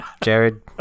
Jared